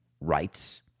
rights